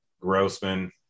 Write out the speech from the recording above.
Grossman